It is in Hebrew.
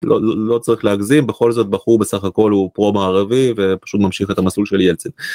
לא צריך להגזים בכל זאת בחור בסך הכל הוא פרו מערבי ופשוט ממשיך את המסלול של ילצין.